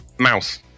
Mouse